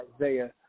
Isaiah